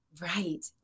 Right